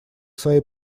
своей